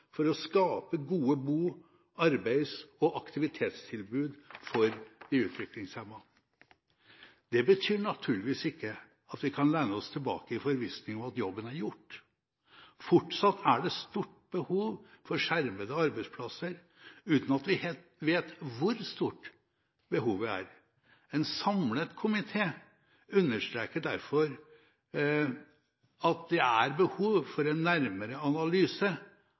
for å skape gode bo-, arbeids- og aktivitetstilbud for de utviklingshemmede. Det betyr naturligvis ikke at vi kan lene oss tilbake i forvissning om at jobben er gjort. Fortsatt er det stort behov for skjermede arbeidsplasser, uten at vi helt vet hvor stort behovet er. En samlet komité understreker derfor at det er behov for en nærmere analyse